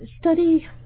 study